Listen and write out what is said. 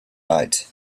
night